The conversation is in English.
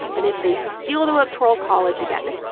and if they steal the electoral college again,